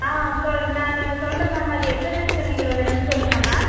ஆ சொ நானு சொல்கிறேன் மேம் அது எத்தனை எத்தனை கிலோ வேணும்னு சொல்லுங்கள் மேம்